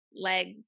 legs